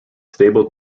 stable